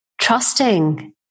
trusting